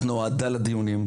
לשם כך נועדה הכנסת.